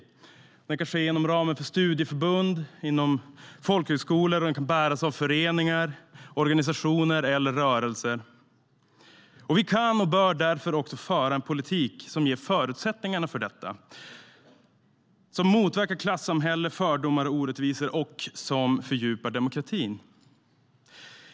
Den kan ske inom ramen för studieförbund eller folkhögskolor och bäras av föreningar, organisationer eller rörelser. Vi kan och bör därför föra en politik som ger förutsättningar för detta, som motverkar klassamhället, fördomar och orättvisor och som fördjupar demokratin.